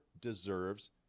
deserves